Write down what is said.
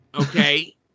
Okay